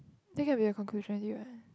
that can be the conclusion already what